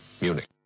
Munich